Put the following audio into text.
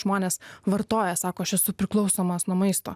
žmonės vartoja sako aš esu priklausomas nuo maisto